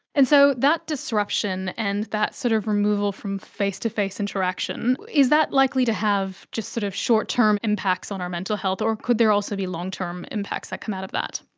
and so that disruption and that sort of removal from face-to-face interaction, is that likely to have just sort of short-term impacts on our mental health, or could there also be long-term impacts that come out of that?